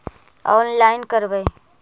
Online करवे?